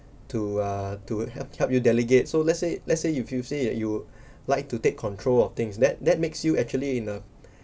to ah to help help you delegate so let's say let's say if you say that you like to take control of things that that makes you actually in a